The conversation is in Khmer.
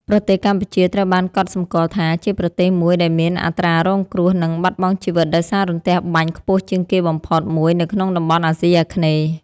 ប្រទេសកម្ពុជាត្រូវបានកត់សម្គាល់ថា ជាប្រទេសមួយដែលមានអត្រារងគ្រោះ និងបាត់បង់ជីវិតដោយសាររន្ទះបាញ់ខ្ពស់ជាងគេបំផុតមួយនៅក្នុងតំបន់អាស៊ីអាគ្នេយ៍។